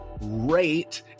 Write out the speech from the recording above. rate